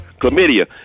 chlamydia